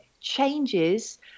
changes